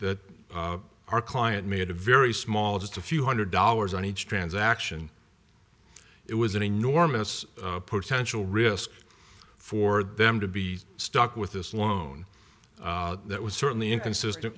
that our client made a very small just a few hundred dollars on each transaction it was an enormous potential risk for them to be stuck with this loan that was certainly inconsistent